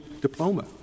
diploma